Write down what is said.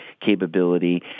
capability